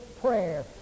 prayer